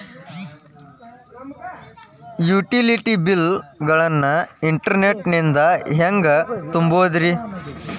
Utility bill ಗಳನ್ನ internet ನಿಂದ ಹೆಂಗ್ ತುಂಬೋದುರಿ?